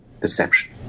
perception